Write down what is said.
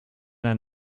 ein